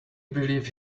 believe